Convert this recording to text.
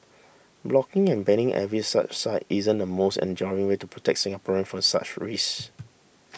blocking and banning every such site isn't the most enduring way to protect Singaporeans for such risks